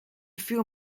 viel